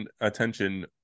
attention